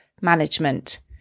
management